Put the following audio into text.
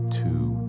two